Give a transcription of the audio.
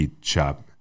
chop